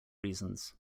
reasons